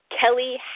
Kelly